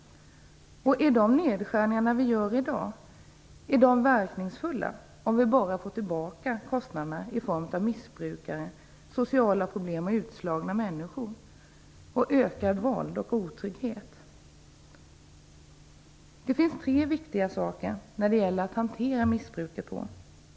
Är de nedskärningar vi gör i dag verkningsfulla om vi bara får tillbaka kostnaderna i form av missbrukare, sociala problem, utslagna människor, ökat våld och otrygghet? Det finns tre viktiga saker när det gäller att hantera missbruket.